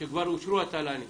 שכבר אושרו התל"נים.